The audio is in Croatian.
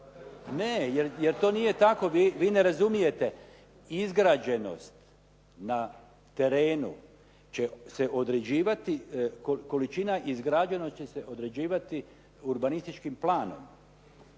Ne, jer to nije tako. Vi ne razumijete. Izgrađenost na terenu će se određivati, količina izgrađenosti će se određivati urbanističkim planom.